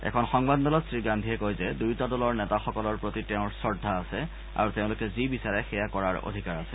এখন সংবাদমেলত শ্ৰী গান্ধীয়ে কয় যে দুয়োটা দলৰ নেতাসকলৰ প্ৰতি তেওঁৰ শ্ৰদ্ধা আছে আৰু তেওঁলোকে যি বিচাৰে সেয়া কৰাৰ অধিকাৰ আছে